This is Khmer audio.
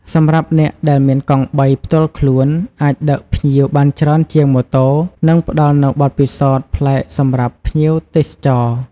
សម្រាប់អ្នកដែលមានកង់បី ផ្ទាល់ខ្លួន អាចដឹកភ្ញៀវបានច្រើនជាងម៉ូតូ និងផ្តល់នូវបទពិសោធន៍ប្លែកសម្រាប់ភ្ញៀវទេសចរ។។